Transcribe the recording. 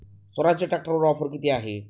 स्वराज्य ट्रॅक्टरवर ऑफर किती आहे?